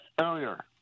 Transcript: earlier